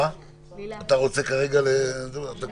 אתה רוצה לדבר?